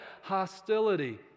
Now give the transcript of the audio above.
hostility